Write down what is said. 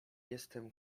jestem